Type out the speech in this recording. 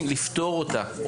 פותרים אותה.